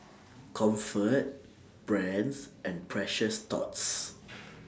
Comfort Brand's and Precious Thots